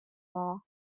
law